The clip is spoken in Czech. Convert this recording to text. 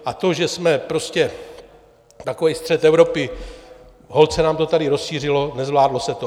A to, že jsme prostě takový střed Evropy, holt se nám to tady rozšířilo, nezvládlo se to.